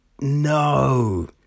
no